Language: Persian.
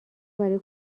برای